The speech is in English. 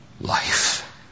life